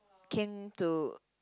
came to